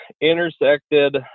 intersected